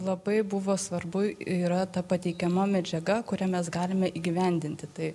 labai buvo svarbu yra ta pateikiama medžiaga kurią mes galime įgyvendinti tai